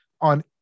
on